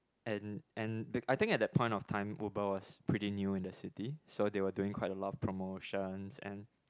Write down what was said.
and and I think at the point of time Uber was pretty new in the city so they were doing quite a lot promotions and